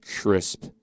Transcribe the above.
crisp